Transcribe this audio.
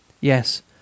Yes